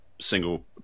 single